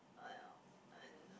uh I don't know